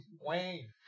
Wayne